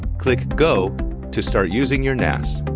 click go to start using your nas.